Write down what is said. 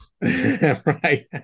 Right